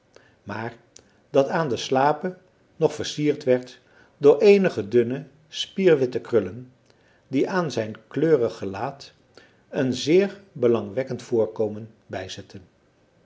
maar dat aan de slapen nog versierd werd door eenige dunne spierwitte krullen die aan zijn kleurig gelaat een zeer belangwekkend voorkomen bijzetten